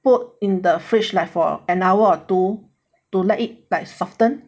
put in the fridge like for an hour or two to let it by soften